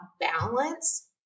balance